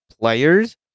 players